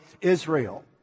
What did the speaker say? Israel